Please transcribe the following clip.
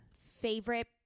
Favorite